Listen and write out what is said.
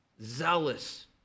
zealous